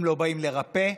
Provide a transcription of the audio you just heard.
הם לא באים לרפא,